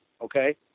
Okay